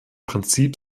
prinzip